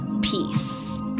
peace